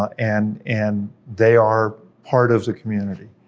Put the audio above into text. and and they are part of the community.